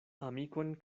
amikon